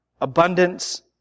abundance